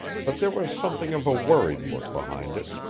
but there was something of a worried look behind it.